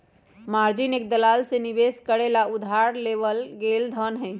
margin एक दलाल से निवेश खरीदे ला उधार लेवल गैल धन हई